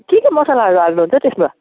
के के मसालाहरू हाल्नुहुन्छ हौ त्यसमा